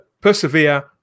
persevere